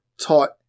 taught